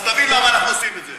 אז תבין למה אנחנו עושים את זה.